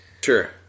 Sure